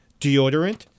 deodorant